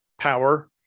power